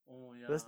oh ya